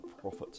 profit